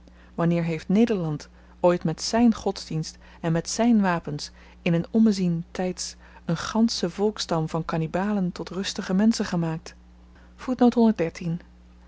wanneer heeft nederland ooit met zyn godsdienst en met zyn wapens in n ommezien tyds een ganschen volksstam van kannibalen tot rustige menschen gemaakt